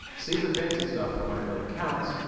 save the fancy stuff for when it really counts,